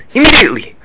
Immediately